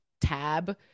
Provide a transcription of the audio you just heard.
tab